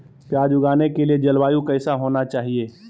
प्याज उगाने के लिए जलवायु कैसा होना चाहिए?